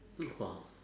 !wow!